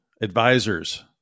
advisors